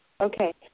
Okay